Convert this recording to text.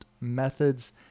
methods